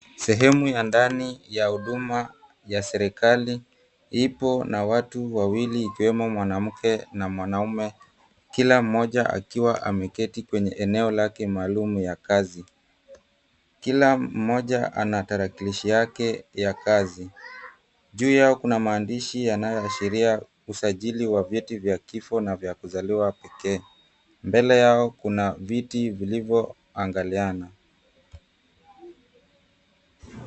Sehemu ya ndani ya huduma ya serikali ipo na watu wawili ikiwemo mwanamke na mwanaume kila mmoja akiwa ameketi eneo yake maalum ya kazi. Kila mmoja ana tarakilishi yake ya kazi. Juu yao kuna maandishi yanayoashiria usajili wa vyeti vya kifo na vya kuzaliwa pekee. Mbele yao kuna viti vilivyoangaliana.